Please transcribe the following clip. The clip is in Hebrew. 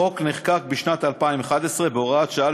החוק נחקק בשנת 2011 בהוראת שעה,